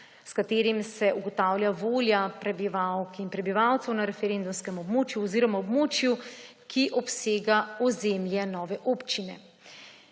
s katerim se ugotavlja volja prebivalk in prebivalcev na referendumskem območju oziroma območju, ki obsega ozemlje nove občine.